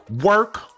work